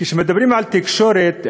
כשמדברים על תקשורת,